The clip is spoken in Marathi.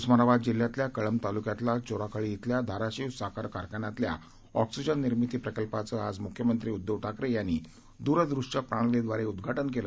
उस्मानाबाद जिल्ह्यातल्या कळंब तालुक्यात चोराखळी इथल्या धाराशिव साखर कारखान्यातल्या ऑक्सिजन निर्मिती प्रकल्पाचं आज मुख्यमंत्री उदधव ठाकरे यांनी द्रदृश्य प्रणालीदवारे उदधाटन केलं